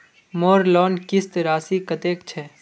मोर लोन किस्त राशि कतेक छे?